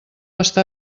està